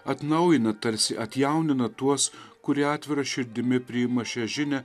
atnaujina tarsi atjaunina tuos kurie atvira širdimi priima šią žinią